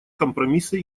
компромисса